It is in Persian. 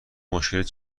مشکلت